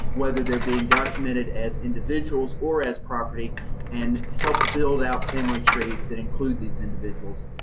whether they're being documented as individuals or as property and help build out family trees that include these individuals,